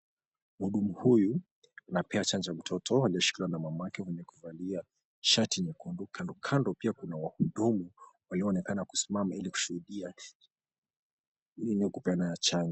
Mhudumu huyu anapea chanjo mtoto aliyeshikiliwa na mamake mwenye kuvalia shati nyekundu, kando kando pia kuna wahudumu walionekana kusimama ili kushuhudia ili kupeana chanjo.